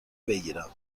بگیرم